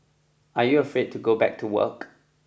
are you afraid to go back to work